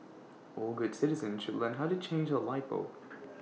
all good citizens should learn how to change A light bulb